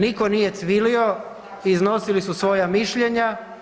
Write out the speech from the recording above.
Nitko nije cvilio iznosili su svoja mišljenja.